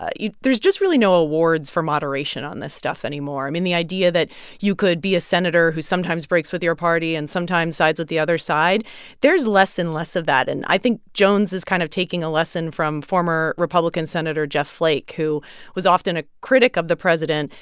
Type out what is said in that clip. ah there's just really no awards for moderation on this stuff anymore. i mean, the idea that you could be a senator who sometimes breaks with your party and sometimes sides with the other side there's less and less of that. and i think jones is kind of taking a lesson from former republican senator jeff flake, who was often a critic of the president.